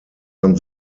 man